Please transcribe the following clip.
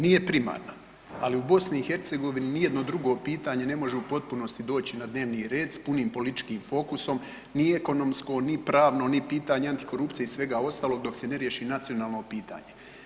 Nije primarna, ali u BiH nijedno drugo pitanje ne može u potpunosti doći na dnevni red s punim političkim fokusom, ni ekonomsko, ni pravno, ni pitanje antikorupcije i svega ostalog dok se ne riješi nacionalno pitanje.